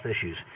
issues